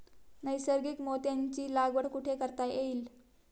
नैसर्गिक मोत्यांची लागवड कुठे करता येईल?